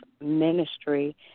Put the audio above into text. ministry